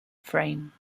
frame